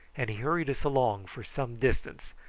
and he hurried us along for some distance,